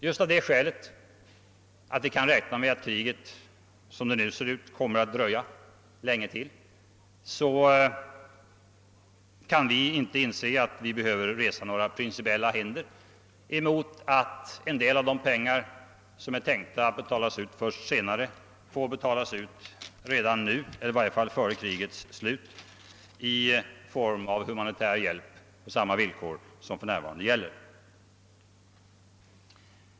Just av det skälet att vi nu tycks kunna räkna med att kriget kommer att vara länge till kan vi inte inse, att vi behöver resa några principiella hinder mot att en del av de pengar, som är tänkta att utgå först senare, får betalas ut redan nu eller i varje fall före krigets slut i form av humantär hjälp på samma villkor som för närvarande gäller.